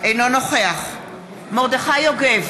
אינו נוכח מרדכי יוגב,